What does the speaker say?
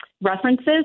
references